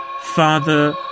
Father